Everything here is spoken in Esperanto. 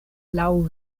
laŭ